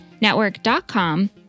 network.com